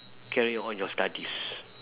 carry on your studies